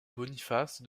boniface